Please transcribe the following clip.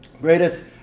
greatest